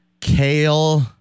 Kale